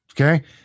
Okay